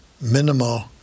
minimal